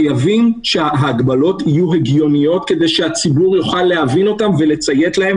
חייבים שההגבלות יהיו הגיוניות כדי שהציבור יוכל להבין אותן ולציית להן,